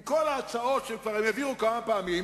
עם כל ההצעות שהם כבר העבירו כמה פעמים,